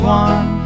one